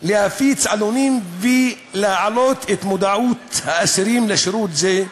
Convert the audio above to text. להפיץ עלונים ולהעלות את מודעות האסירים לשירות זה,